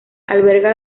alberga